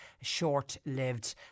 short-lived